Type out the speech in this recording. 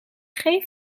geen